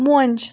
مۄنج